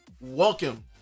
welcome